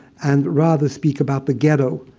and rather speak about the ghetto.